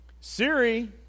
Siri